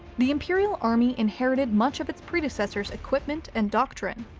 the imperial army inherited much of its predecessor's equipment and doctrine.